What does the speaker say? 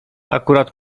akurat